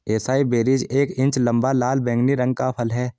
acai berries एक inch लंबा, लाल बैंगनी रंग का फल है